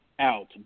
out